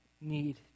need